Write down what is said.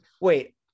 wait